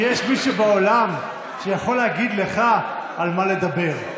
שיש מישהו בעולם שיכול להגיד לך על מה לדבר.